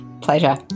Pleasure